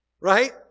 Right